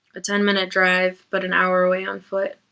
a ten-minute drive, but an hour away on foot.